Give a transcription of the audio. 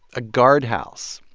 a guardhouse.